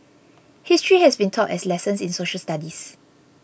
history has been taught as lessons in social studies